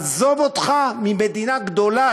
עזוב אותך ממדינה גדולה,